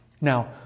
Now